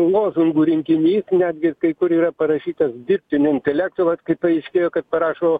lozungų rinkinys netgi ir kai kur yra parašytas dirbtinio intelekto vat kai paaiškėjo kad parašo